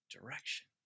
direction